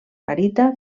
garita